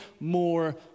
more